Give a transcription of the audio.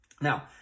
now